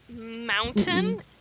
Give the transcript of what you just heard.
mountain